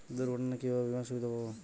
দুর্ঘটনায় কিভাবে বিমার সুবিধা পাব?